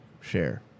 share